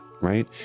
right